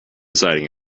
deciding